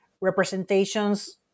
representations